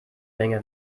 menge